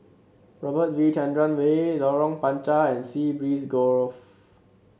Robert V Chandran Way Lorong Panchar and Sea Breeze Grove